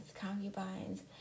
concubines